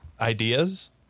ideas